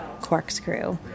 corkscrew